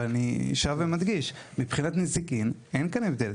ואני שב ומדגיש: מבחינת נזיקין אין כאן הבדל.